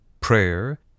prayer